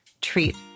treat